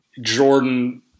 Jordan